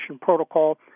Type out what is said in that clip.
protocol